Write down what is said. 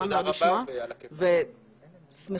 תודה רבה ועל הכיפק.